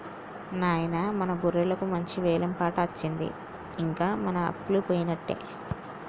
నాయిన మన గొర్రెలకు మంచి వెలం పాట అచ్చింది ఇంక మన అప్పలు పోయినట్టే